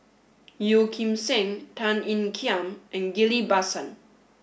Yeo Kim Seng Tan Ean Kiam and Ghillie Basan